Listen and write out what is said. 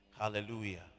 hallelujah